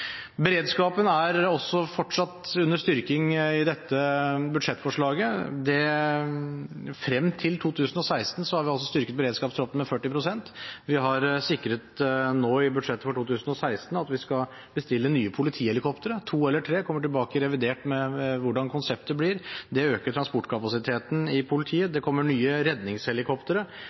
Beredskapen er fortsatt under styrking i dette budsjettforslaget. Frem til 2016 har vi styrket beredskapstroppen med 40 pst. Vi har sikret i budsjettet for 2016 at vi skal bestille nye politihelikoptre, to eller tre, jeg kommer tilbake i revidert med hvordan konseptet blir. Det øker transportkapasiteten i politiet. Det kommer nye redningshelikoptre.